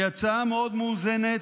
שהיא הצעה מאוד מאוזנת,